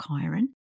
Chiron